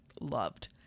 loved